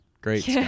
Great